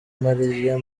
mariya